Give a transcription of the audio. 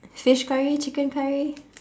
fish curry chicken curry